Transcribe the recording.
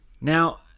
Now